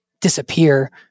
disappear